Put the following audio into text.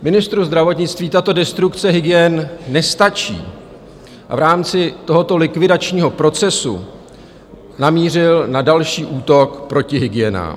Ministru zdravotnictví tato destrukce hygien nestačí a v rámci tohoto likvidačního procesu namířil na další útok proti hygienám.